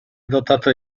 dotata